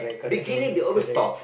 beginning they always top